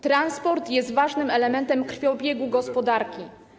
Transport jest ważnym elementem krwiobiegu gospodarki.